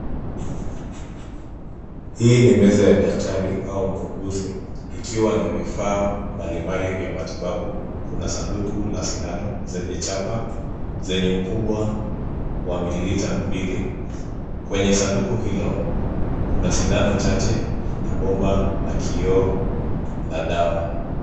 Hii ni meza ya daktari au muuguzi, ikiwa na vifaa mbalimbali vya matibabu, kuna sanduku la sindano zenye chapa, zenye ukubwa wa mililita mbili, kwenye sanduku hilo, kuna sindano chache, na bomba la kioo la dawa.